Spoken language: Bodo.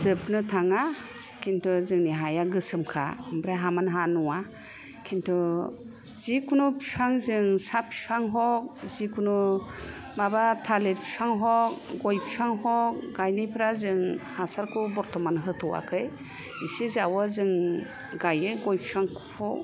जोबनो थाङा किन्तु जोंनि हाया गोसोमखा आमफ्राय हामोन हा नङा किन्तु जेखुनु बिफां जोंसा बिफां हग जेखुनु माबा थालिर बिफां हग गय बिफां हग गायनायफ्राजों हासारखौ बरथ'मान होथ'आखै इसे जावो गायो जों गय बिफांखौ